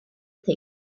thing